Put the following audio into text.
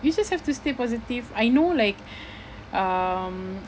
you just have to stay positive I know like um